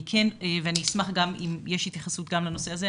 אני אשמח אם יש התייחסות גם לנושא הזה.